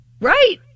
right